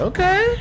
Okay